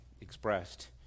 expressed